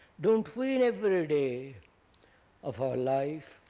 don't we, in every day of our life,